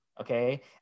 okay